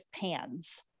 pans